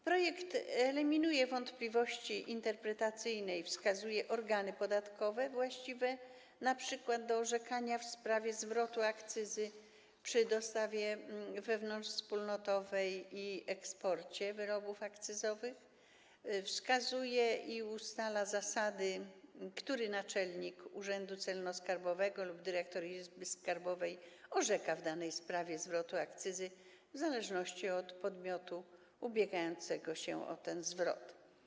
Projekt eliminuje wątpliwości interpretacyjne i wskazuje organy podatkowe właściwe np. do orzekania w sprawie zwrotu akcyzy przy dostawie wewnątrzwspólnotowej i eksporcie wyrobów akcyzowych, wskazuje i ustala zasady dotyczące tego, który naczelnik urzędu celno-skarbowego lub dyrektor izby skarbowej orzeka w danej sprawie zwrotu akcyzy - w zależności od podmiotu ubiegającego się o ten zwrot.